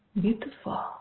Beautiful